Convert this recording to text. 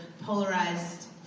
polarized